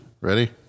Ready